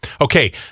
Okay